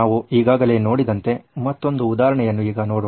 ನಾವು ಈಗಾಗಲೇ ನೋಡಿದಂತೆ ಮತ್ತೊಂದು ಉದಾಹರಣೆಯನ್ನು ಈಗ ನೋಡೋಣ